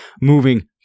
moving